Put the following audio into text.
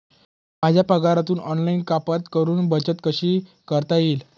माझ्या पगारातून ऑनलाइन कपात करुन बचत कशी करता येईल?